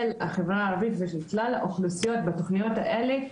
החברה הערבית ושל כלל האוכלוסיות בתכניות האלה,